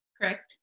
Correct